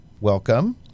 Welcome